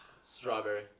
strawberry